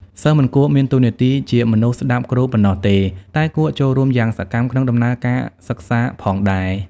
សិស្សមិនគួរមានតួនាទីជាមនុស្សស្ដាប់គ្រូប៉ុណ្ណោះទេ តែគួរចូលរួមយ៉ាងសកម្មក្នុងដំណើរការសិក្សាផងដែរ។